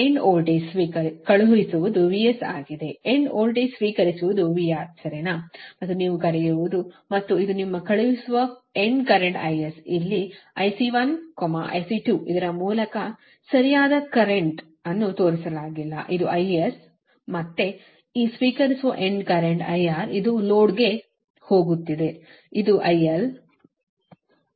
ಆದ್ದರಿಂದ end voltage ಕಳುಹಿಸುವುದು VS ಆಗಿದೆ ಎಂಡ್ ವೋಲ್ಟೇಜ್ ಸ್ವೀಕರಿಸುವುದು VR ಸರಿನಾ ಮತ್ತು ನೀವು ಕರೆಯುವದು ಮತ್ತು ಇದು ನಿಮ್ಮ ಕಳುಹಿಸುವ ಎಂಡ್ ಕರೆಂಟ್ IS ಇಲ್ಲಿಯೇ IC1 IC2 ಇದರ ಮೂಲಕ ಸರಿಯಾದ ಕರೆಂಟ್ವನ್ನು ತೋರಿಸಲಾಗಿಲ್ಲ ಇದು IS ಮತ್ತು ಮತ್ತೆ ಈ ಸ್ವೀಕರಿಸುವ ಎಂಡ್ ಕರೆಂಟ್ IR ಇದು ಲೋಡ್ಗೆ ಹೋಗುತ್ತಿದೆ ಇದು IL